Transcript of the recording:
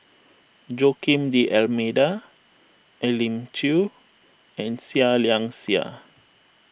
Joaquim D'Almeida Elim Chew and Seah Liang Seah